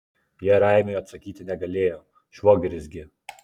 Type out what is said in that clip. jie raimiui atsakyti negalėjo švogeris gi